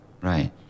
right